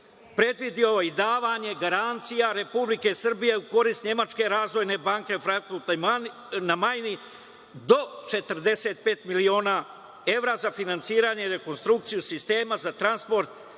predvideo i davanje garancija Republike Srbije u korist Nemačke razvojne banke, Frankfurt na Majni, do 45 miliona evra za finansiranje i rekonstrukciju sistema za transport